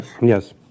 Yes